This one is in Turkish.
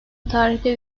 tarihte